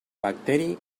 bacteri